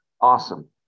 Awesome